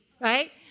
right